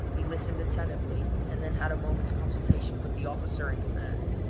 he listened attentively, and then had a moment's consultation with the officer in command.